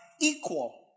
equal